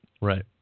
Right